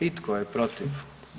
I tko je protiv?